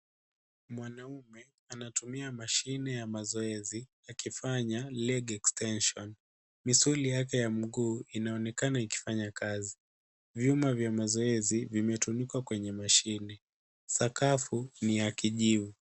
Mwanaume anatumia mashine ya mazoezi akifanya leg extension . Misuli yake ya miguu inaonekana ikifanya kazi. Vyuma vya mazoezi vimetumika kwenye mashine. Sakafu ni ya kijivu .